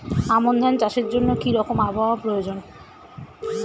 আমন ধান চাষের জন্য কি রকম আবহাওয়া প্রয়োজন?